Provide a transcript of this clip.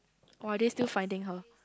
or are they still finding her